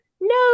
no